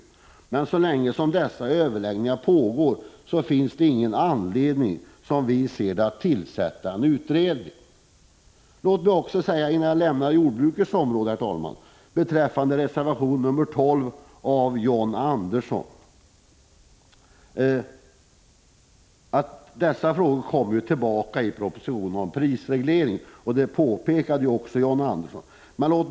Så länge dessa — 16 april 1986 överläggningar pågår finns det ingen anledning, som vi ser det, att tillsätta en utredning Jordbruksdeparte Låt mig, herr talman, också säga några ord om reservation 12 av John RES förslag Andersson innan jag lämnar jordbruksområdet. De frågor som berörs i reservationen kommer upp i propositionen om prisreglering. Det påpekade också John Andersson.